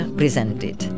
presented